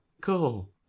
cool